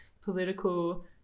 political